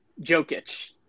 Jokic